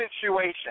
situation